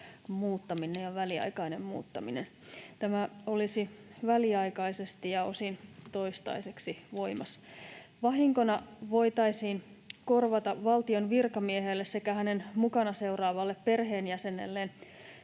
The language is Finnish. muuttaminen ja väliaikainen muuttaminen. Tämä olisi väliaikaisesti ja osin toistaiseksi voimassa. Vahinkona voitaisiin korvata valtion virkamiehelle sekä hänen mukana seuraavalle perheenjäsenelleen